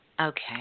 Okay